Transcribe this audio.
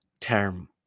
term